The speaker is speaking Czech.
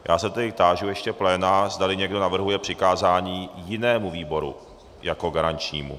Já se tedy táži ještě pléna, zdali někdo navrhuje přikázání jinému výboru jako garančnímu.